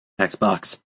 Xbox